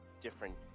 Different